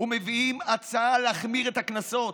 ומביאים הצעה להחמיר את הקנסות.